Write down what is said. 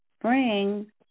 spring